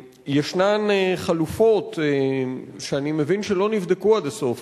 יש חלופות שאני מבין שלא נבדקו עד הסוף,